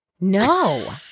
No